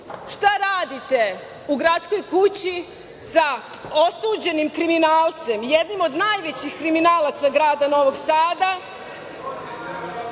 šta radite u Gradskoj kući sa osuđenim kriminalcem, jednim od najvećih kriminalaca grada Novog Sada